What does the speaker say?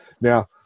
now